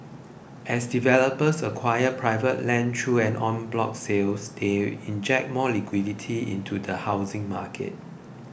as developers acquire private land through en bloc sales they inject more liquidity into the housing market